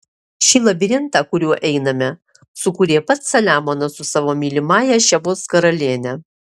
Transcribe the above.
šį labirintą kuriuo einame sukūrė pats saliamonas su savo mylimąja šebos karaliene